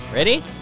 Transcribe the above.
Ready